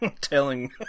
telling